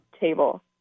Table